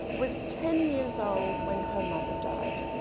was ten years old when her mother died.